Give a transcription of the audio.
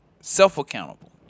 self-accountable